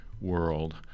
world